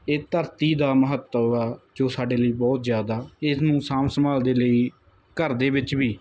ਇਹ ਧਰਤੀ ਦਾ ਮਹੱਤਵ ਆ ਜੋ ਸਾਡੇ ਲਈ ਬਹੁਤ ਜਿਆਦਾ ਇਸਨੂੰ ਸਾਂਭ ਸੰਭਾਲ ਦੇ ਲਈ ਘਰ ਦੇ ਵਿੱਚ ਵੀ